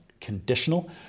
conditional